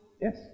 Yes